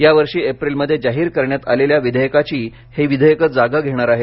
या वर्षी एप्रिलमध्ये जाहीर करण्यात आलेल्या विधेयकाची हे विधेयक जागा घेणार आहे